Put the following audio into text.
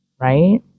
right